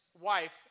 wife